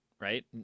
right